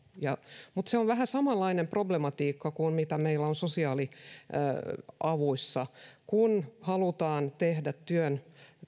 mutta se on vähän samanlainen problematiikka kuin mitä meillä on sosiaaliavuissa että kun halutaan tehdä työn